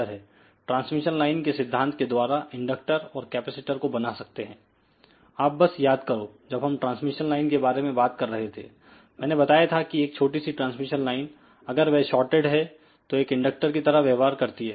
transmission line के सिद्धांत के द्वारा इंडक्टर और कैपेसिटर को बना सकते हैं आप बस याद करो जब हम ट्रांसमिशन लाइन के बारे में बात कर रहे थे मैंने बताया था कि एक छोटी सी ट्रांसमिशन लाइन अगर वह शॉर्टेड है तो एक इंडक्टर की तरह व्यवहार करती है